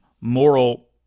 moral